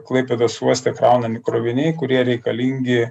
klaipėdos uoste kraunami kroviniai kurie reikalingi